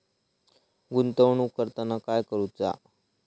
गुंतवणूक करताना काय करुचा?